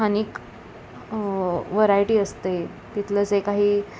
स्थानिक वरायटी असते तिथलं जे काही